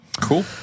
Cool